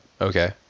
Okay